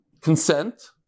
consent